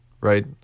right